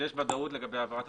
שיש ודאות לגבי העברת הבעלות?